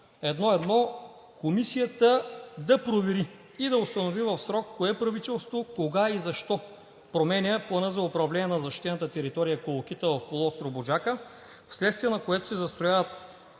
1.1. Комисията да провери и да установи в срок кое правителство, кога и защо променя Плана за управление на защитената територия „Колокита“ в полуостров „Буджака“, вследствие на което се застроява